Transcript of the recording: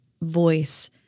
voice